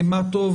מה טוב,